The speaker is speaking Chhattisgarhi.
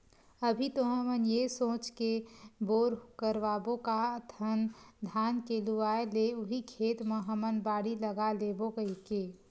अभी तो हमन ये सोच के बोर करवाबो काहत हन धान के लुवाय ले उही खेत म हमन बाड़ी लगा लेबो कहिके